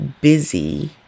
busy